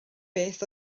beth